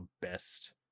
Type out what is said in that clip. best